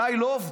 עליי לא עובדים,